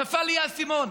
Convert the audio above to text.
נפל לי האסימון.